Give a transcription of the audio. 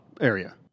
area